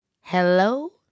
Hello